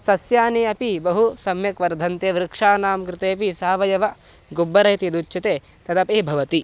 सस्यानि अपि बहु सम्यक् वर्धन्ते वृक्षाणां कृतेपि सावयवं गोब्बर इति यदुच्यते तदपि भवति